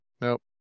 Nope